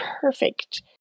perfect